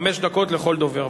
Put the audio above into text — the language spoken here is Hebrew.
חמש דקות לכל דובר.